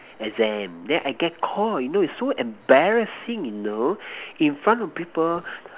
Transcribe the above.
exam then I get caught you know is so embarrassing you know in front of people